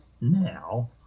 now